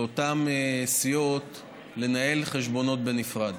לאותן סיעות לנהל חשבונות בנפרד,